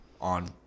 on